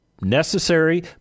necessary